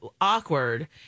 awkward